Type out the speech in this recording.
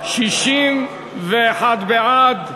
61 בעד,